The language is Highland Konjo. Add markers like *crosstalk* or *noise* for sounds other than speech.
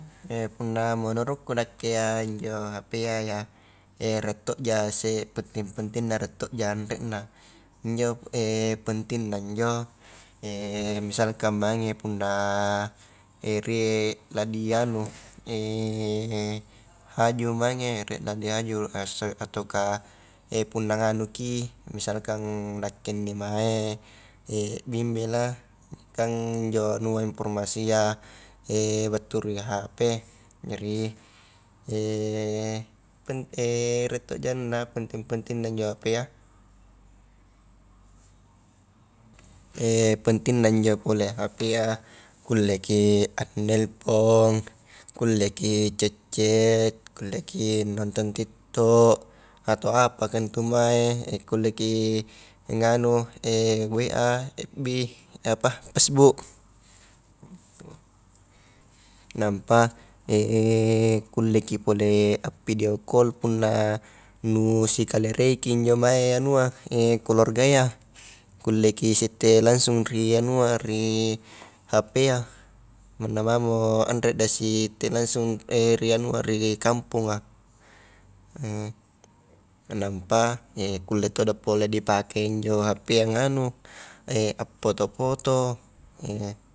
*hesitation* punna menurutku nakke iya, injo hp a ya, riek tokja, se penting-pentingna, riek tokja anrena, injo *hesitation* pentingna injo, *hesitation* misalkan mange punna *hesitation* rie la dianu *hesitation* haju mange, riek la dihaju, ase ataukah *hesitation* punna nganuki misalkan nakke inni mae *hesitation* bimbel a, kang injo anua informasia *hesitation* battu ri hp, jari *hesitation* pen *hesitation* rie toja anunna penting-pentingna injo hp a, *hesitation* pentingna injo pole hp a, kulleki a nelfong, kulleki chat-chat, kulleki nonton tiktok atau apakah ntu mae, *hesitation* kulleki nganu *hesitation* wa, fb *hesitation* apa pesbuk, nampa *hesitation* kulleki pole appidio kol punna nu sikalereiki injo mae anua *hesitation* keluarga ia, kulleki sitte langsung ri anua ri hp a, manna mamo anre na sitte langsung *hesitation* ri anua ri kamponga, *hesitation* nampa kulle todo pole dipake injo hp a nganu *hesitation* appoto poto. *hesitation*